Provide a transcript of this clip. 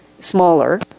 smaller